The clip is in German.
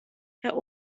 herr